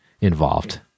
involved